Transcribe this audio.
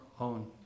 own